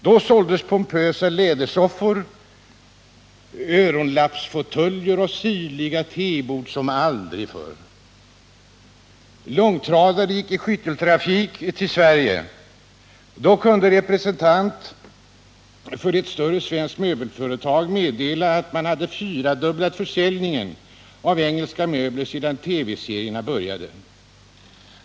Då såldes pompösa lädersoffor, öronlappsfåtöljer och sirliga tebord som aldrig förr. Långtradare gick i skytteltrafik till Sverige. Då kunde en representant för ett större svenskt möbelföretag meddela att man hade fyrdubblat försäljningen av engelska möbler sedan TV-serierna började.